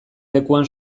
lekuan